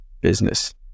business